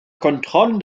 kontrollen